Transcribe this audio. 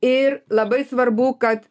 ir labai svarbu kad